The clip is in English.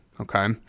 Okay